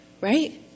right